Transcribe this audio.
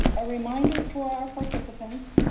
a reminder for our participants,